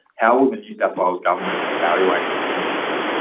how will the new south wales government evaluate the submissions?